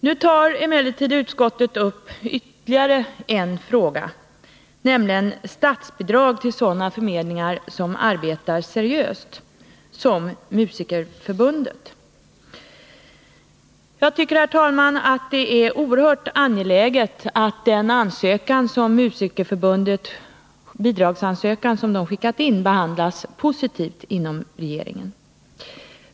Nu tar emellertid utskottet upp ytterligare en sak, nämligen frågan om statsbidrag till sådana förmedlingar som arbetar seriöst, exempelvis Musikerförbundet. Jag tycker, herr talman, att det är oerhört angeläget att Musikerförbundets bidragsansökan behandlas positivt inom regeringen.